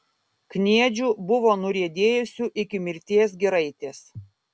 kniedžių buvo nuriedėjusių iki mirties giraitės